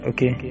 Okay